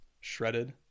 shredded